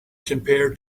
compare